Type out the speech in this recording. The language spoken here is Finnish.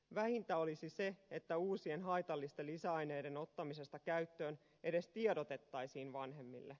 vähintä olisi se että uusien haitallisten lisäaineiden ottamisesta käyttöön edes tiedotettaisiin vanhemmille